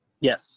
Yes